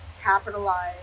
capitalize